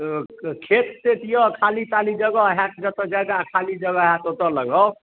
खेत तेत यऽ खाली ताली जगह होयत जतऽ जादा खाली जगह होयत ओतऽ लगाउ